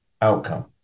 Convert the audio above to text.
outcome